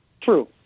true